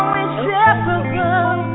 inseparable